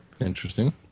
Interesting